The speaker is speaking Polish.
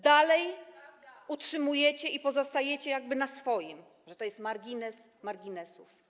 Dalej utrzymujecie i pozostajecie przy swoim, że to jest margines marginesów.